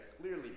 clearly